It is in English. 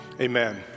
Amen